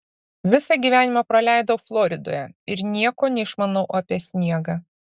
visą gyvenimą praleidau floridoje ir nieko neišmanau apie sniegą